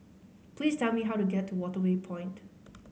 please tell me how to get to Waterway Point